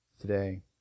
today